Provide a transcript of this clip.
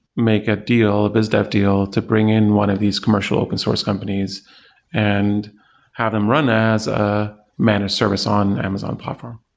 make a deal, a biz dev deal to bring in one of these commercial open source companies and have them run as a managed service on amazon platform.